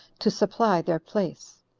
to supply their place.